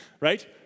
Right